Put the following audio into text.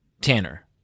Tanner